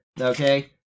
Okay